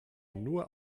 nur